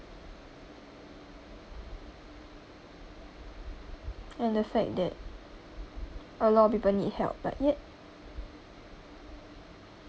and the fact that a lot of people need help but yet